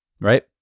right